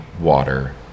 water